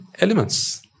elements